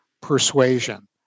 persuasion